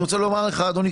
אדוני,